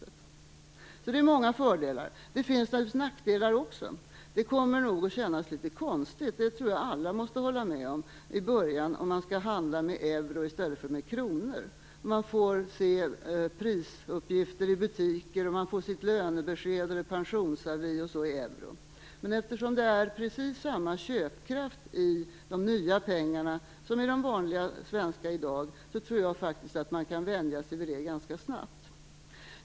Det finns alltså många fördelar. Det finns alltså många fördelar, och det finns väl också nackdelar. Jag tror att alla måste hålla med om att det i början nog kommer att kännas litet konstigt att handla med euro i stället för med kronor. Man kommer att få prisuppgifter i butiker och på lönebesked och pensionsavier i euro. Men eftersom det är precis samma köpkraft i de nya pengarna som i de vanliga svenska i dag, tror jag faktiskt att man ganska snabbt kan vänja sig vid det.